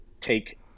take